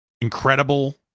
incredible